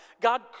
God